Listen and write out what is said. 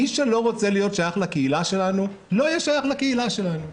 מי שלא רוצה להיות שייך לקהילה שלנו לא יהיה שייך לקהילה שלנו,